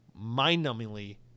mind-numbingly